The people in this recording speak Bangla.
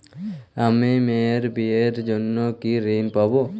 আমি মেয়ের বিয়ের জন্য কি ঋণ পাবো?